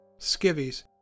Skivvies